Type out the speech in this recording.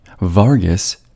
Vargas